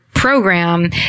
program